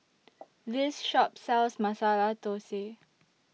This Shop sells Masala Thosai